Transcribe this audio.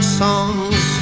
songs